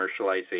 commercialization